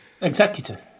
Executor